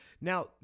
Now